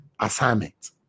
Assignment